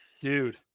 Dude